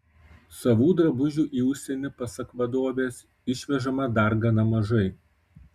savų drabužių į užsienį pasak vadovės išvežama dar gana mažai